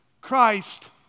Christ